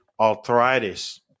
arthritis